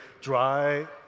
dry